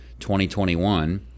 2021